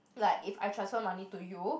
like if I transfer money to you